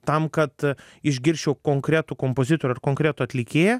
tam kad išgirsčiau konkretų kompozitorių ar konkretų atlikėją